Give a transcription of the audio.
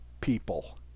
people